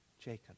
Jacob